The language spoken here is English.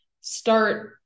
start